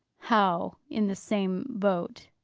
how in the same boat?